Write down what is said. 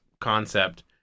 concept